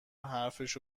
حرفشو